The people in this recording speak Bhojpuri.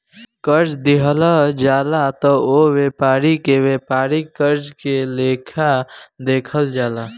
कर्जा दिहल जाला त ओह व्यापारी के व्यापारिक कर्जा के लेखा देखल जाला